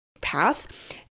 path